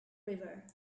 river